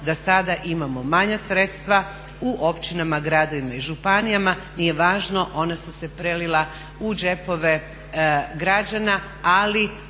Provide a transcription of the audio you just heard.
da sada imamo manja sredstva u općinama, gradovima i županijama nije važno, ona su se prelila u džepove građana. Ali